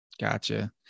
Gotcha